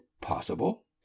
possible